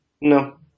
No